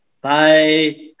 bye